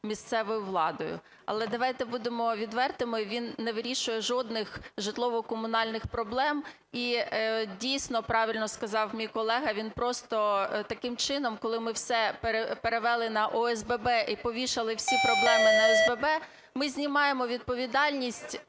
місцевою владою. Але давайте будемо відвертими, він не вирішує жодних житлово-комунальних проблем. І, дійсно, правильно сказав мій колега, він просто таким чином, коли ми все перевели на ОСББ і повішали всі проблеми на ОСББ, ми знімає відповідальність